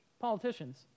politicians